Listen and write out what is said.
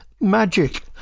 Magic